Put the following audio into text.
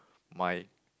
my